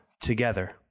together